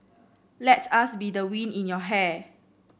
let us be the wind in your hair